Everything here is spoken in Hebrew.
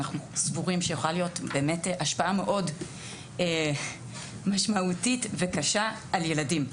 אנחנו סבורים שיכולה להיות באמת השפעה מאוד משמעותית וקשה על ילדים.